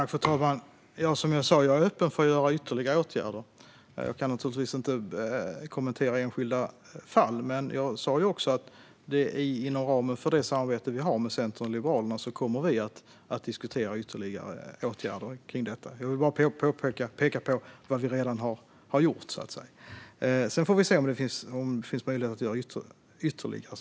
Fru talman! Jag är som sagt öppen för att vidta ytterligare åtgärder. Jag kan givetvis inte kommentera enskilda fall, men inom ramen för vårt samarbete med Centern och Liberalerna kommer vi att diskutera ytterligare åtgärder. Jag bara pekade på vad vi redan har gjort, och sedan får vi se om det finns möjlighet att göra något ytterligare.